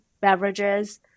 beverages